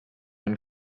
und